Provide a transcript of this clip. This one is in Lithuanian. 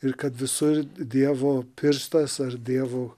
ir kad visur dievo pirštas ar dievo